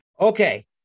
Okay